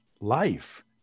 life